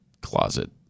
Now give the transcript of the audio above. closet